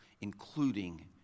including